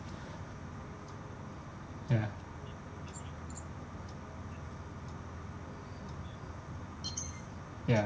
ya ya